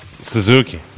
Suzuki